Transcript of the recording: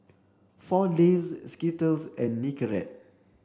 four Leaves Skittles and Nicorette